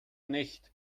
nicht